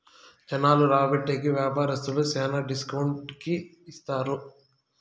జనాలు రాబట్టే కి వ్యాపారస్తులు శ్యానా డిస్కౌంట్ కి ఇత్తారు